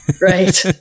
Right